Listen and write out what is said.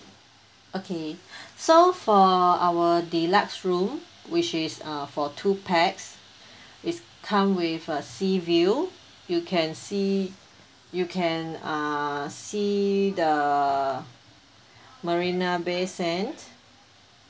okay so for our deluxe room which is uh for two pax it's come with a sea view you can see you can uh see the marina bay sand